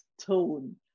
tone